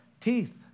teeth